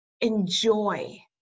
enjoy